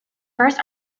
first